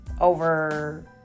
over